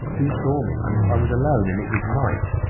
who saw me? i was alone and it was night.